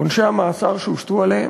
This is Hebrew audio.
עונשי המאסר שהושתו עליהם,